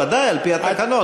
ודאי על-פי התקנון,